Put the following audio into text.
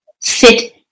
sit